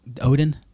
Odin